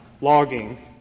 logging